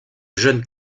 jeune